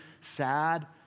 sad